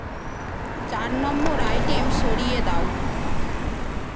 চার number item সরিয়ে দাও